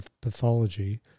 pathology